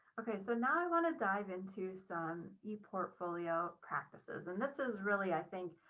okay, so now i want to dive into some eportfolio practices. and this is really, i think,